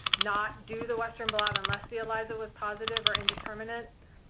not do the western blot unless the elisa was positive or indeterminate?